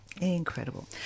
Incredible